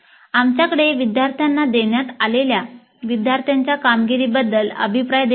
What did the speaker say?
आमच्याकडे विद्यार्थ्यांना देण्यात आलेल्या विद्यार्थ्यांच्या कामगिरीबद्दल अभिप्राय देखील आहेत